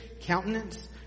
countenance